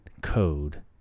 code